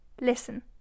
Listen